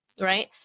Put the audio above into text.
right